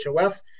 HOF